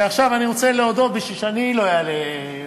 ועכשיו אני רוצה להודות, כדי שאני לא אעלה יותר.